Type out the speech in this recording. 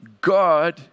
God